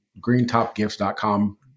GreenTopGifts.com